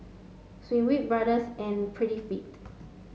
Schweppe Brothers and Prettyfit